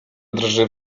drży